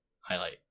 highlight